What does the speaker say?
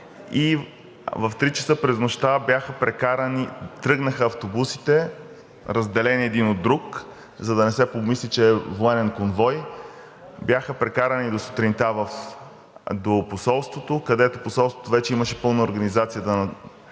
В три часа през нощта тръгнаха автобусите, разделени един от друг, за да не се помисли, че е военен конвой, и бяха прекарани до сутринта до посолството, където посолството вече имаше пълна организация да качи